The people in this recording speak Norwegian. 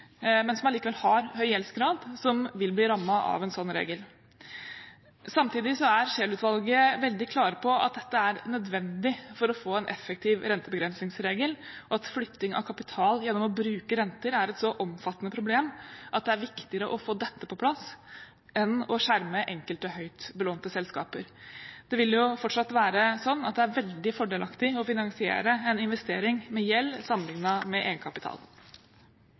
men som allikevel har høy gjeldsgrad, som vil bli rammet av en slik regel. Samtidig er Scheel-utvalget veldig klar på at dette er nødvendig for å få en effektiv rentebegrensningsregel, og at flytting av kapital gjennom å bruke renter er et så omfattende problem at det er viktigere å få dette på plass enn å skjerme enkelte høyt belånte selskaper. Det vil jo fortsatt være slik at det er veldig fordelaktig å finansiere en investering med gjeld sammenlignet med egenkapital.